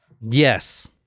Yes